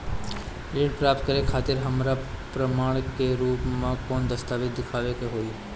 ऋण प्राप्त करे खातिर हमरा प्रमाण के रूप में कौन दस्तावेज़ दिखावे के होई?